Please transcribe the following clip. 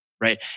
right